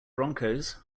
broncos